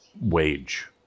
wage